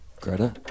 Greta